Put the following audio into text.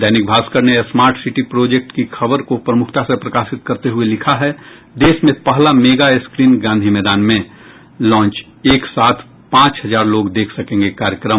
दैनिक भास्कर ने smart city project की खबर को प्रमूखता से प्रकाशित करते हुये लिखा है देश में पहला मेगा स्क्रीन गांधी मैदान में लाँच एक साथ पांच हजार लोग देख सकेंगे कार्यक्रम